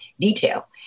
detail